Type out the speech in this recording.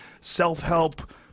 self-help